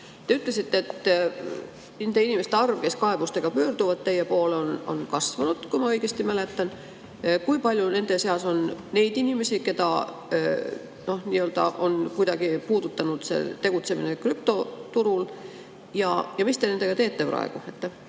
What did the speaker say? Te ütlesite, et nende inimeste arv, kes kaebustega pöörduvad teie poole, on kasvanud, kui ma õigesti mäletan. Kui palju nende seas on neid inimesi, keda on kuidagi puudutanud tegutsemine krüptoturul, ja mis te nendega teete praegu?